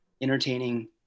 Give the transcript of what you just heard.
entertaining